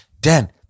Dan